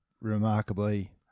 remarkably